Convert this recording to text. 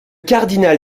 cardinal